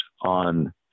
on